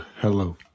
hello